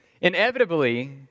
inevitably